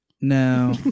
no